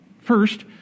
First